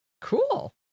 Cool